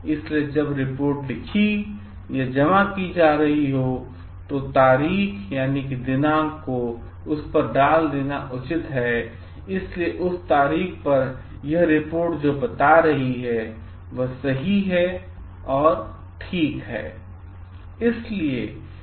इसलिए जब रिपोर्ट लिखी या जमा की जा रही हो तो तारीखदिनांक को उस पर डाल देना उचित है इसलिए उस तारीख पर यह रिपोर्ट जो बता रही है वह सही है और ठीक है